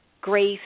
grace